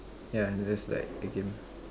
yeah it just like a game